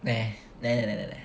nah nah nah nah nah